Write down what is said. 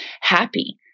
happy